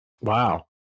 Wow